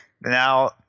Now